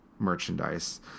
merchandise